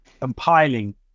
compiling